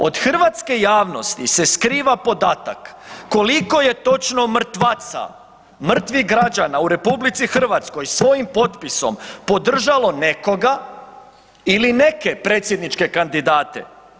Od hrvatske javnosti se skriva podatak koliko je točno mrtvaca, mrtvih građana u RH svojim potpisom podržalo nekoga ili neke predsjedničke kandidate.